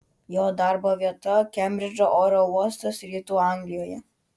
jo darbo vieta kembridžo oro uostas rytų anglijoje